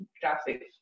traffic